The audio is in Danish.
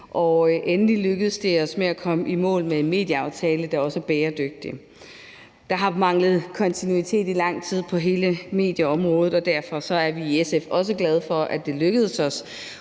det endelig lykkedes os at komme i mål med en medieaftale, der også er bæredygtig. Der har manglet kontinuitet i lang tid på hele medieområdet, og derfor er vi i SF også glade for, at det lykkedes os